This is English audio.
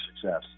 success